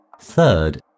Third